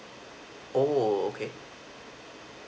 oo okay